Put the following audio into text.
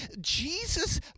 Jesus